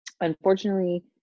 Unfortunately